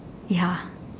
ya